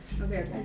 Okay